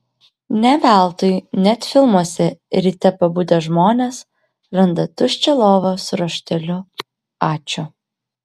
ne veltui net filmuose ryte pabudę žmonės randa tuščią lovą su rašteliu ačiū